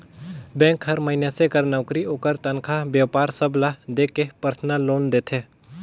bank हर मइनसे कर नउकरी, ओकर तनखा, बयपार सब ल देख के परसनल लोन देथे